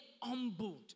humbled